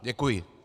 Děkuji.